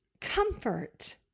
comfort